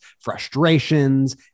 frustrations